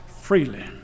freely